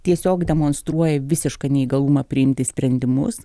tiesiog demonstruoja visišką neįgalumą priimti sprendimus